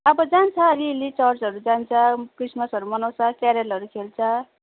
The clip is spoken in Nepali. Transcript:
अब जान्छ अलिअलि चर्चहरू जान्छ क्रिसमसहरू मनाउँछ क्यारलहरू खेल्छ